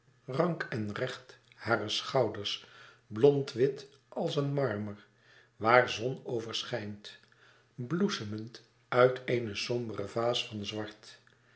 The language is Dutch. rank en recht hare schouders blondwit als een marmer waar zon over schijnt bloesemend uit eene sombere vaas van zwart